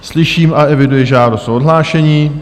Slyším a eviduji žádost o odhlášení.